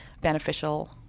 beneficial